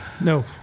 no